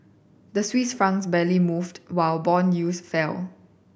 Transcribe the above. the Swiss franc barely moved while bond yields fell